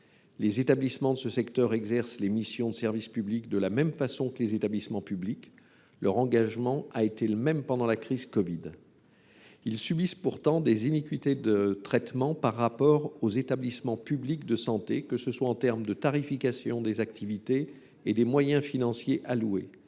Les établissements de ce secteur exercent les missions de service public de la même façon que les établissements publics. Leur engagement a été similaire pendant la crise de la covid 19. Ils subissent pourtant des inégalités de traitement par rapport aux établissements publics de santé, que ce soit en matière de tarification des activités et de moyens financiers alloués.